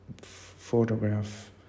photograph